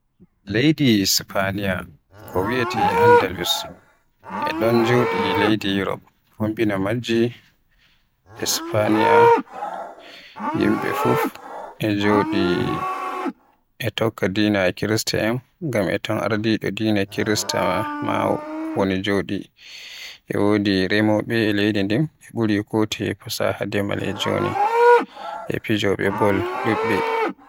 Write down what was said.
Leydi Spaniya ko wiyeete Andalus e ɗon joni nder leyɗe Urop, fombina majji. E Spaniya yimɓe fuf e tokka dina Kirista ngam e ton Ardiɗo dina Kirista maa e don woni. E wodi remowoɓe e leydi nden, ɓe ɓuri Kotoye fasaha demal e joni, e fijowoɓe bol ɗuɓɓe.